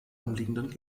umliegenden